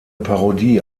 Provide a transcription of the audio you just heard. parodie